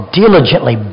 diligently